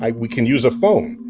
um we can use a phone.